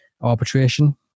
arbitration